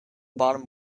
bottom